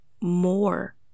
more